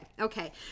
okay